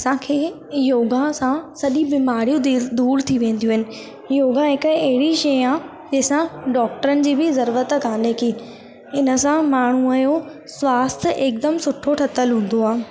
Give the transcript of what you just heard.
असांखे योगा सां सॼी बीमारियूं दूरि थी वेंदियूं आहिनि योगा हिक अहिड़ी शइ आहे जंहिंसां डॉक्टरनि जी बि ज़रूरत कोन्हे की हिन सां माण्हूअ जो स्वास्थ्यु हिकदमि सुठो ठतल हूंदो आहे